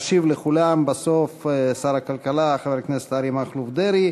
ישיב לכולם בסוף שר הכלכלה והנגב והגליל חבר הכנסת אריה מכלוף דרעי.